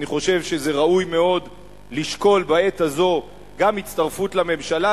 אני חושב שזה ראוי מאוד לשקול בעת הזאת גם הצטרפות לממשלה,